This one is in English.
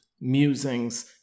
musings